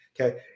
Okay